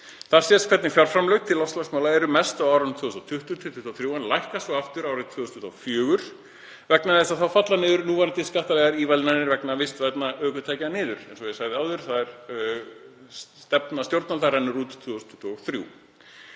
Þar sést hvernig fjárframlög til loftslagsmála eru mest á árunum 2020–2023 en lækka svo aftur frá 2024 vegna þess að þá falla núverandi skattalegar ívilnanir vegna vistvænna ökutækja niður. Eins og ég sagði áður rennur stefna stjórnvalda út 2023.